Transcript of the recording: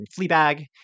fleabag